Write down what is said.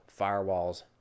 firewalls